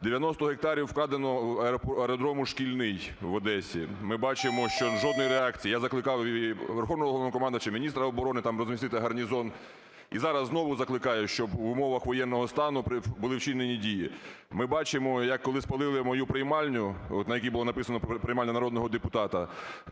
гектарів вкраденого аеродрому "Шкільний" в Одесі, ми бачимо, що жодної реакції. Я закликав і Верховного Головнокомандувача, міністра оброни там розмістити гарнізон, і зараз знову закликаю, щоб в умовах воєнного стану були вчинені дії. Ми бачимо, як, коли спалили мою приймальню, на якій було написано "Приймальня народного депутата",